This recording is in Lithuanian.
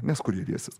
nes kur jie dėsis